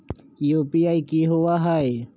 UPI कि होअ हई?